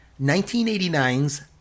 1989's